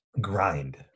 grind